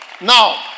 Now